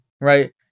Right